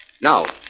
Now